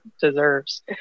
deserves